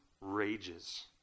rages